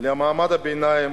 למעמד הביניים